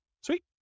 Sweet